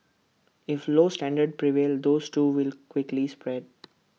if low standards prevail those too will quickly spread